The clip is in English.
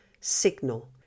signal